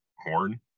horn